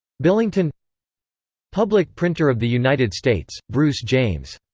billington public printer of the united states bruce james